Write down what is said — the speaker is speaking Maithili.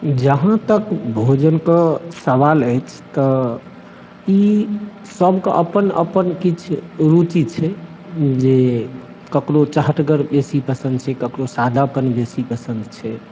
जहाँ तक भोजन कऽ सवाल अछि तऽ ई सभके अपन अपन किछु रुचि छै जे ककरो चहटगर बेसी बेसी पसंद छै ककरो सादापन बेसी पसंद छै